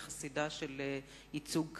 אני חסידה של ייצוג כזה.